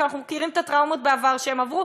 כי אנחנו מכירים את הטראומות שהם עברו